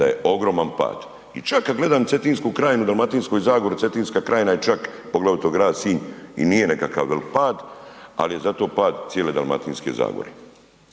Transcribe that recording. da je ogroman pad. I čak kad gledam Cetinsku krajinu u Dalmatinskoj zagori, Cetinska krajina je čak poglavito grad Sinj i nije nekakav velik pad, ali je zato pad cijele Dalmatinske zagore.